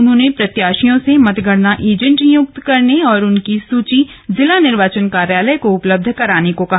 उन्होंने प्रत्याशियों से मतगणना एजेंट नियुक्त करने और उनकी सुची जिला निर्वाचन कार्यालय को उपलब्ध कराने को कहा